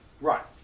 Right